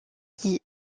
qui